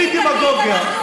תגיד, תגיד.